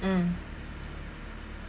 mm